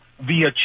via